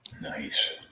nice